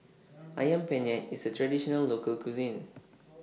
Ayam Penyet IS A Traditional Local Cuisine